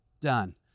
done